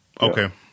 Okay